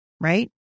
right